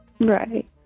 Right